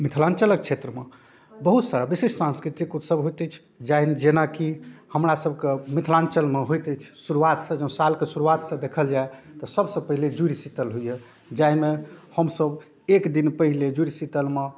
मिथिलाञ्चलके क्षेत्रमे बहुत सारा बेसी साँस्कृतिक उत्सव होइत अछि जाहिमे जेनाकि हमरा सबके मिथिलाञ्चलमे होइत अछि शुरुआतसँ जँ सालके शुरुआतसँ देखल जाए तऽ सबसँ पहिले जूड़शीतल होइए जाहिमे हमसब एकदिन पहिले जूड़शीतलमे